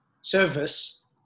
service